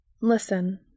Listen